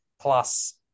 plus